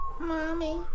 Mommy